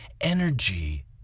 Energy